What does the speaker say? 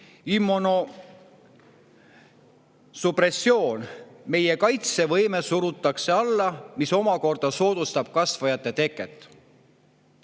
immunosupressioon. Meie kaitsevõime surutakse alla, mis omakorda soodustab kasvajate teket.